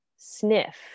sniff